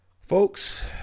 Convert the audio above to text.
folks